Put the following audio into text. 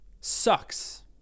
sucks